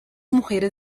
mujeres